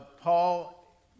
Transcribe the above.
Paul